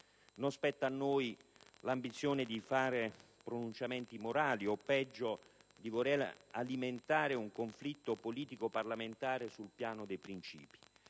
Non spetta a noi l'ambizione di fare pronunciamenti morali o, peggio, di voler alimentare un conflitto politico-parlamentare sul piano dei principi.